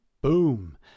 boom